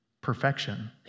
perfection